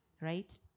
right